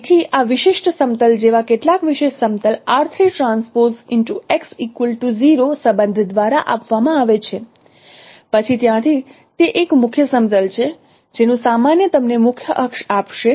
તેથી આ વિશિષ્ટ સમતલ જેવા કેટલાક વિશેષ સમતલ સંબંધ દ્વારા આપવામાં આવે છે પછી ત્યાંથી તે એક મુખ્ય સમતલ છે જેનું સામાન્ય તમને મુખ્ય અક્ષ આપશે